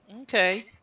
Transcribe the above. Okay